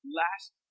last